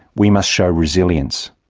we must show resilience.